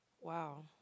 Wow